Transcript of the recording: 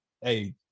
hey